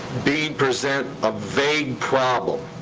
being present a vague problem.